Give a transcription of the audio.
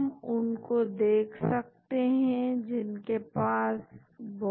तो देखिए यहां दो फ्रेगमेंट हैं जिनके बारे में मालूम है कि वह जुड़ेंगे